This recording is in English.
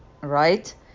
right